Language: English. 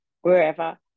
wherever